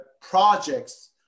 projects